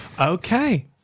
Okay